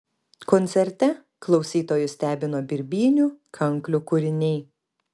koncerte klausytojus stebino birbynių kanklių kūriniai